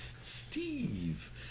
Steve